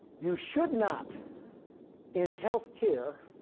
you should not in health care